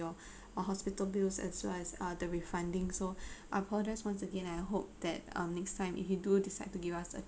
or hospital bills as well as uh the refunding so I apologize once again I hope that um next time if you do decide to give us a try